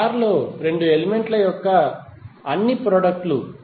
star లో 2 element ల యొక్క అన్ని ప్రొడక్ట్ లు